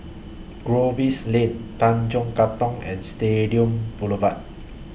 Lane Tanjong Katong and Stadium Boulevard